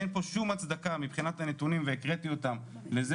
אין פה שום הצדקה מבחינת הנתונים והקראתי אותם לזה